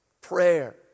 Prayer